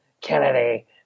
Kennedy